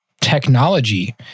technology